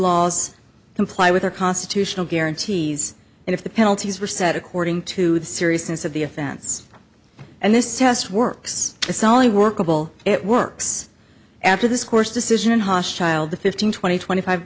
laws comply with our constitutional guarantees and if the penalties were set according to the seriousness of the offense and this test works it's only workable it works after this course decision hostile the fifteen twenty twenty five